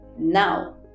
Now